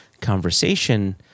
conversation